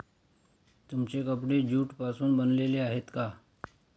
तुमचे कपडे ज्यूट पासून बनलेले आहेत का?